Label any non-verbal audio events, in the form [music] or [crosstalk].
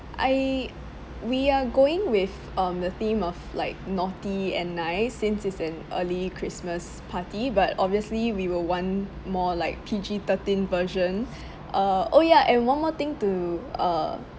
I we are going with um the theme of like naughty and nice since is an early christmas party but obviously we will want more like P_G thirteen version [breath] uh oh ya and one more thing to uh